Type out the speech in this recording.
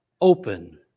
Open